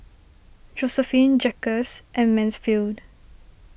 Josephine Jacquez and Mansfield